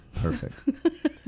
Perfect